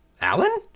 Alan